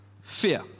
fear